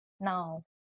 now